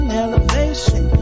elevation